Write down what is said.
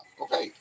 okay